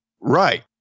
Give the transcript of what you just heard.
Right